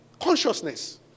Consciousness